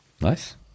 Nice